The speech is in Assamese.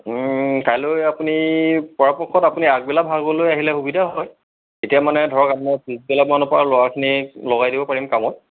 কাইলৈ আপুনি পৰাপক্ষত আপুনি আগবেলা ভাগলৈ আহিলে সুবিধা হয় এতিয়া মানে ধৰক আপোনাৰ পিছবেলা মানৰ পৰা ল'ৰাখিনি লগাই দিব পাৰিম কামত